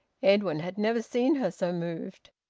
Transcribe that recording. edwin had never seen her so moved.